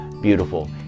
beautiful